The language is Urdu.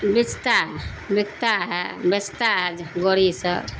بیچتا ہے بکتا ہے بیچتا ہے گڑی سب